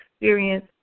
experience